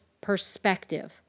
perspective